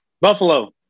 Buffalo